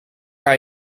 aan